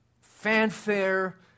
fanfare